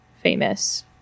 famous